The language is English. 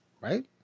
right